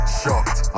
shocked